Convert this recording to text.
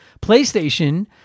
PlayStation